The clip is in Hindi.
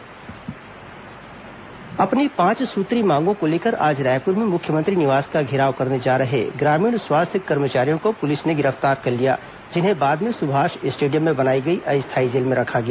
स्वास्थ्य कर्मचारी प्रदर्शन अपनी पांच सूत्रीय मांगों को लेकर आज रायपुर में मुख्यमंत्री निवास का धेराव करने जा रहे ग्रामीण स्वास्थ्य कर्मचारियों को पुलिस ने गिरफ्तार कर लिया जिन्हें बाद में सुभाष स्टेडियम में बनाई गई अस्थायी जेल में रखा गया